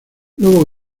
lobo